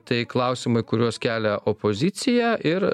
tai klausimai kuriuos kelia opozicija ir